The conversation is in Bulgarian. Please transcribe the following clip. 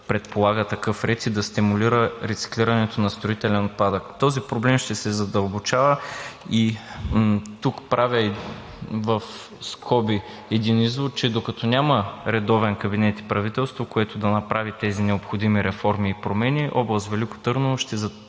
предполага такъв ред, и да стимулира рециклирането на строителен отпадък. Този проблем ще се задълбочава. Тук правя в скоби един извод, че докато няма редовен кабинет и правителство, което да направи тези необходими реформи и промени – област Велико Търново ще затъва